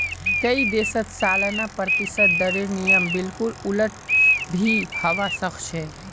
कई देशत सालाना प्रतिशत दरेर नियम बिल्कुल उलट भी हवा सक छे